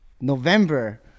November